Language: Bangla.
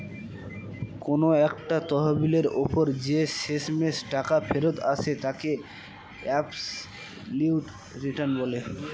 কোন একটা তহবিলের ওপর যে শেষমেষ টাকা ফেরত আসে তাকে অ্যাবসলিউট রিটার্ন বলে